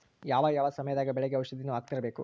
ಯಾವ ಯಾವ ಸಮಯದಾಗ ಬೆಳೆಗೆ ಔಷಧಿಯನ್ನು ಹಾಕ್ತಿರಬೇಕು?